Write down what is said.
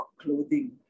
clothing